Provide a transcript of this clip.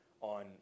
on